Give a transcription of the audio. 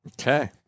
Okay